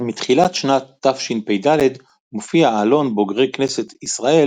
מתחילת שנת תשפ"ד מופיע עלון בוגרי כנסת ישראל